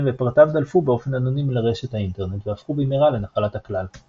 ופרטיו דלפו באופן אנונימי לרשת האינטרנט והפכו במהרה לנחלת הכלל.